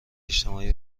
اجتماعی